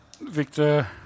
Victor